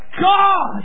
God